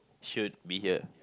should be ya